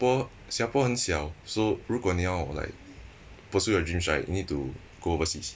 singapore singapore 很小 so 如果你要 like pursue your dreams right you need to go overseas